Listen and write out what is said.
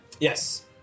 yes